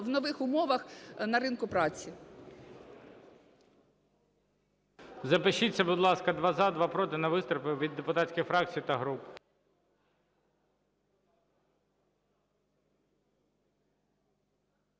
у нових умовах на ринку праці.